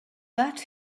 that